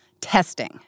testing